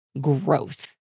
growth